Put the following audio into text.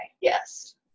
Yes